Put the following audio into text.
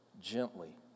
gently